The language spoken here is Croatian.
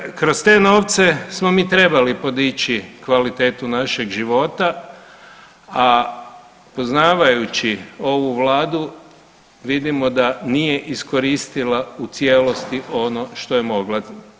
Kroz te, kroz te novce smo mi trebali podići kvalitetu našeg života, a poznavajući ovu vladu vidimo da nije iskoristila u cijelosti ono što je mogla.